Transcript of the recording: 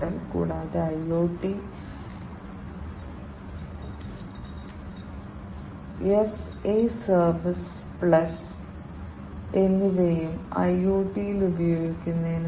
വ്യാവസായിക സെൻസറുകൾ വ്യാവസായിക സെൻസറുകൾ എന്നിവയുടെ ഉദാഹരണങ്ങൾ നാവിഗേഷൻ വ്യവസായത്തിലും ട്രാക്കിംഗിനും മറ്റും ഉപയോഗിക്കാം